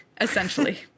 essentially